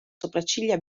sopracciglia